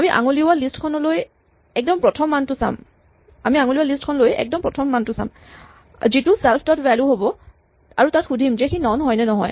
আমি আঙুলিওৱা লিষ্ট খন লৈ একদম প্ৰথম মানটো চাম যিটো চেল্ফ ডট ভ্যেলু হ'ব আৰু তাত সুধিম যে সি নন হয় নে নহয়